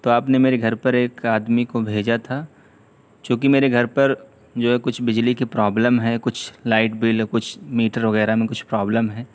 تو آپ نے میرے گھر پر ایک آدمی کو بھیجا تھا چوںکہ میرے گھر پر جو ہے کچھ بجلی کی پرابلم ہے کچھ لائٹ بل کچھ میٹر وغیرہ میں کچھ پرابلم ہے